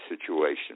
situation